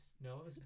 No